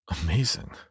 amazing